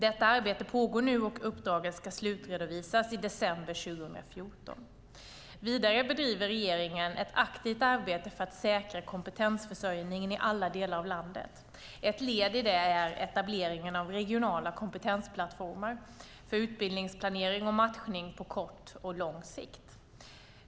Detta arbete pågår nu och uppdraget ska slutredovisas i december 2014. Vidare bedriver regeringen ett aktivt arbete för att säkra kompetensförsörjningen i alla delar av landet. Ett led i det är etableringen av regionala kompetensplattformar för utbildningsplanering och matchning på kort och lång sikt.